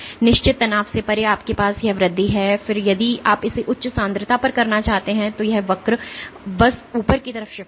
निश्चित तनाव से परे आपके पास यह वृद्धि है और फिर यदि आप इसे उच्च सांद्रता पर करना चाहते हैं तो यह वक्र बस ऊपर की तरफ शिफ्ट होगा